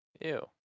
Ew